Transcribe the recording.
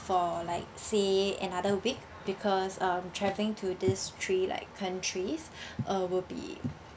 for like say another week because um travelling to these three like countries uh will be